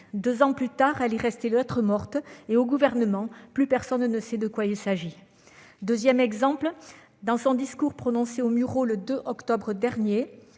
Deux ans plus tard, elle reste lettre morte et, au gouvernement, personne ne sait même plus de quoi il s'agit. Autre exemple, dans son discours prononcé aux Mureaux, le 2 octobre dernier,